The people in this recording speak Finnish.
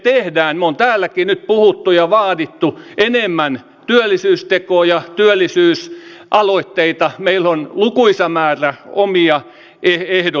me olemme täälläkin nyt puhuneet ja vaatineet enemmän työllisyystekoja työllisyysaloitteita meillä on lukuisa määrä omia ehdotuksia